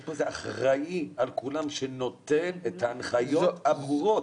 אין פה אחראי על כולם שנותן את ההנחיות הברורות.